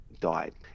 died